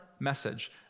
message